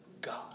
God